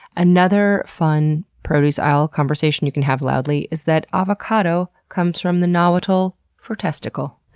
another fun produce aisle conversation you can have loudly is that avocado comes from the nahuatl for testicle.